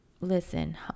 listen